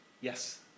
Yes